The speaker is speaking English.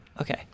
Okay